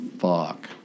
Fuck